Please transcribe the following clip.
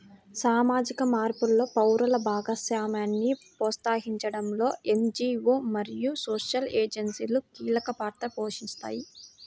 సామాజిక మార్పులో పౌరుల భాగస్వామ్యాన్ని ప్రోత్సహించడంలో ఎన్.జీ.వో మరియు సోషల్ ఏజెన్సీలు కీలక పాత్ర పోషిస్తాయి